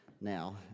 now